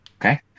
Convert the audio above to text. okay